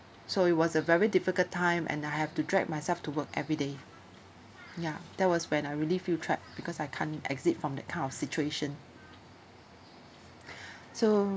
so it was a very difficult time and I have to drag myself to work every day ya that was when I really feel trapped because I can't exit from that kind of situation so